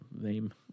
name